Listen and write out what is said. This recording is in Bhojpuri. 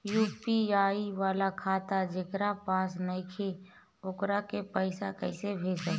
यू.पी.आई वाला खाता जेकरा पास नईखे वोकरा के पईसा कैसे भेजब?